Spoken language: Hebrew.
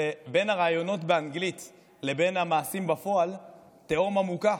ובין הראיונות באנגלית לבין המעשים בפועל, תהום עמוקה.